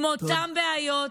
עם אותן בעיות,